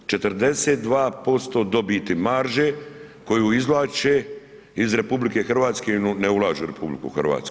42% dobiti marže koju izvlače iz RH i ne ulažu u RH.